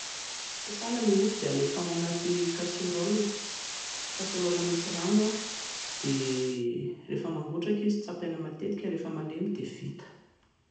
Sasana ilay ovy dia alefa ao anaty casserole, casserole misy rano, dia rehefa mangotraka izy, tsapaina matetika, rehefa malemy dia vita